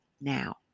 now